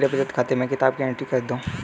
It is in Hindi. मेरे बचत खाते की किताब की एंट्री कर दो?